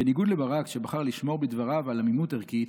בניגוד לברק, שבחר לשמור בדבריו על עמימות ערכית,